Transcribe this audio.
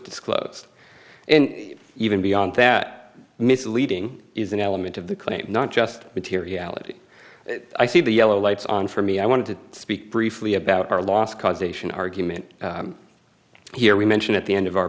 disclosed and even beyond that misleading is an element of the claim not just materiality i see the yellow lights on for me i wanted to speak briefly about our last causation argument here we mentioned at the end of our